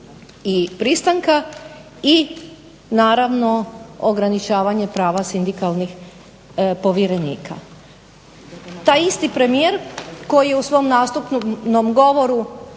i pristanka i naravno ograničavanje prava sindikalnih povjerenika. Taj isti premijer koji je u svom nastupnom govoru